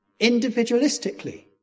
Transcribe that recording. individualistically